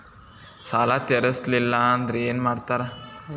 ಸಾಲ ತೇರಿಸಲಿಲ್ಲ ಅಂದ್ರೆ ಏನು ಮಾಡ್ತಾರಾ?